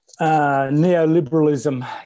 neoliberalism